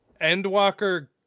Endwalker